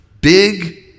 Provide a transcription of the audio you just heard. big